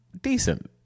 decent